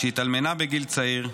שהתאלמנה בגיל צעיר,